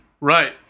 Right